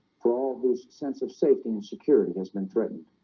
for all this sense of safety and security has been threatened